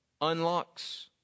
unlocks